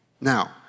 Now